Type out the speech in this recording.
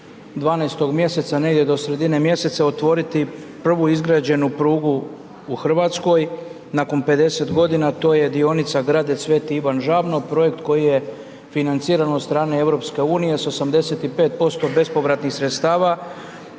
12.mj negdje do sredine mjeseca otvoriti prvu izgrađenu prugu u Hrvatskoj nakon 50 godina a to je dionica Gradec-Sv. Ivan Žabno, projekt koji je financiran od strane EU sa 85% bespovratnih sredstava.